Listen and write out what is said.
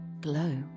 glow